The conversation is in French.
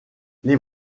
les